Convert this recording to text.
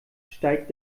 steigt